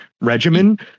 regimen